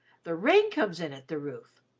the rain comes in at the roof!